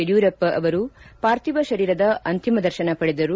ಯಡಿಯೂರಪ್ಪ ಅವರು ಪಾರ್ಥಿವ ಶರೀರದ ಅಂತಿಮ ದರ್ಶನ ಪಡೆದರು